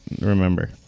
remember